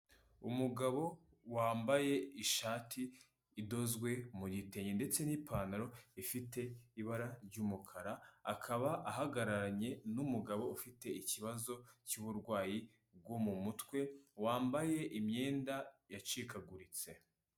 Umugabo wambaye ishati idozwe mu gitenge ndetse n'ipantaro ifite ibara ry'umukara, akaba ahagararanye n'umugabo ufite ikibazo cy'uburwayi bwo mu mutwe, wambaye imyenda yacikaguritse.